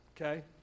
okay